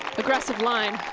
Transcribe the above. aggressive line.